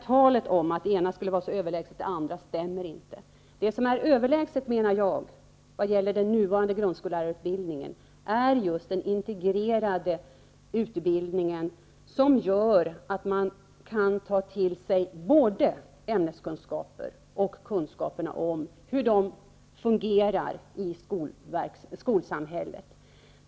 Talet om att det ena skulle vara så överlägset än det andra stämmer inte. Det som är överlägset vad gäller den nuvarande grundskollärarutbildningen är just den integrerade utbildningen, som gör att man kan ta till sig både ämneskunskaper och kunskaperna om hur de fungerar i skolsamhället.